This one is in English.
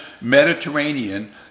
Mediterranean